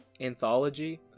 anthology